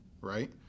right